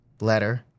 letter